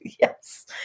Yes